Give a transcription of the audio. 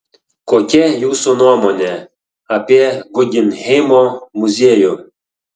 kokia jūsų nuomonė apie guggenheimo muziejų